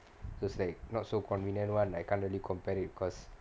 because they not so convenient [one] I can't really compare it because